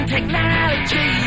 Technology